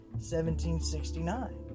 1769